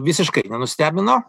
visiškai nenustebino